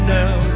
now